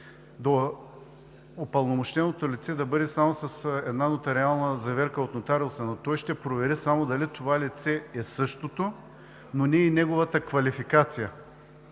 – упълномощеното лице, да бъде само с една нотариална заверка от нотариуса, но той ще провери само дали това лице е същото, но не и неговата квалификация.